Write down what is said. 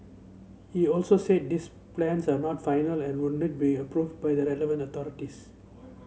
he also said these plans are not final and would need be approved by the relevant authorities